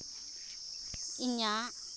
ᱤᱧᱟᱹᱜ